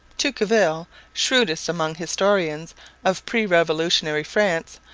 tocqueville, shrewdest among historians of pre-revolutionary france,